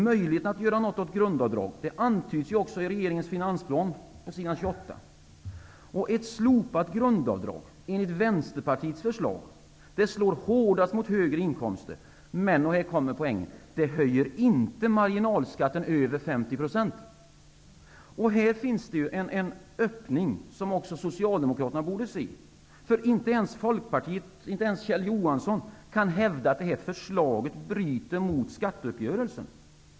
Möjligheten att göra något åt grundavdraget antyds också i i regeringens finansplan på s. 28. Ett slopat grundavdrag enligt Vänsterpartiets förslag slår hårdast mot högre inkomster, men -- och här kommer poängen -- det höjer inte marginalskatten över 50 procent. Här finns en öppning, som Socialdemokraterna också borde se. Inte heller Folkpartiet -- inte ens Kjell Johansson -- kan hävda att förslaget bryter mot skatteuppgörelsen.